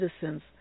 citizens